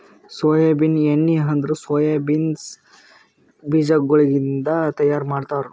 soybean ಎಣ್ಣಿ ಅಂದುರ್ soya beans ಬೀಜಗೊಳಿಂದ್ ತೈಯಾರ್ ಮಾಡ್ತಾರ